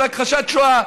להכחשת שואה.